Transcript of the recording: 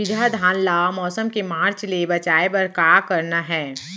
बिजहा धान ला मौसम के मार्च ले बचाए बर का करना है?